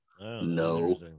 No